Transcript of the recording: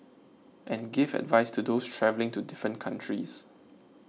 and give advice to those travelling to different countries